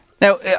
Now